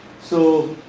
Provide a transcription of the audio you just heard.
so,